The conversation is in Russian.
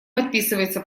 подписывается